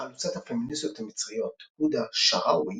חלוצת הפמיניסטיות המצריות, הודא שעראווי,